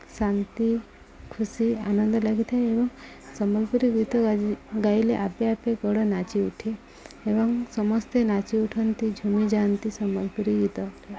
ଶାନ୍ତି ଖୁସି ଆନନ୍ଦ ଲାଗିଥାଏ ଏବଂ ସମ୍ବଲପୁରୀ ଗୀତ ଗାଇ ଗାଇଲେ ଆପେ ଆପେ ଗୋଡ଼ ନାଚି ଉଠେ ଏବଂ ସମସ୍ତେ ନାଚି ଉଠନ୍ତି ଝୁମି ଯାଆନ୍ତି ସମ୍ବଲପୁରୀ ଗୀତ